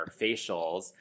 facials